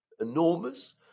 enormous